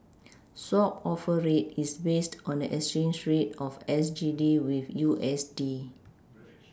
swap offer rate is based on the exchange rate of S G D with U S D